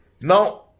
Now